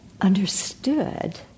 understood